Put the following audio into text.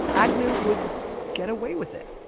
agnew would get away with it.